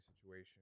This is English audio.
situation